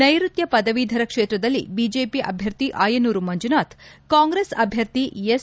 ನೈರುತ್ಯ ಪದವೀದರ ಕ್ಷೇತ್ರದಲ್ಲಿ ಬಿಜೆಪಿ ಅಭ್ಯರ್ಥಿ ಆಯನೂರು ಮಂಜುನಾಥ್ ಕಾಂಗ್ರೆಸ್ ಅಭ್ಯರ್ಥಿ ಎಸ್